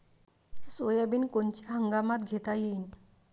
Soybean कोनच्या हंगामात घेता येईन?